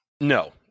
No